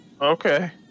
Okay